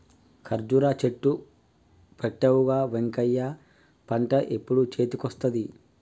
కర్జురా చెట్లు పెట్టవుగా వెంకటయ్య పంట ఎప్పుడు చేతికొస్తది